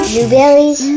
Blueberries